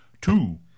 Two